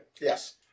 Yes